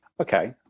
Okay